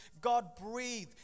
God-breathed